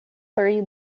three